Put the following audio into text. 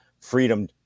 Freedom